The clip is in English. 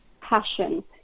passion